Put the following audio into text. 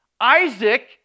Isaac